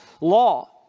law